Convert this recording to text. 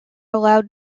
allowed